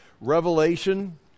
Revelation